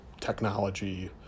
technology